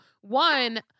one